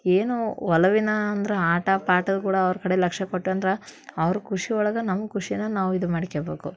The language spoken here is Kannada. ಏನೂ ಒಲವಿನ ಅಂದ್ರೆ ಆಟ ಪಾಟಗಳ ಅವ್ರ ಕಡೆ ಲಕ್ಷ್ಯ ಕೊಟ್ಟಂದ್ರೆ ಅವ್ರ ಖುಷಿ ಒಳಗೆ ನಮ್ಮ ಖುಷಿನ ನಾವು ಇದು ಮಾಡ್ಕೊಳ್ಬೇಕು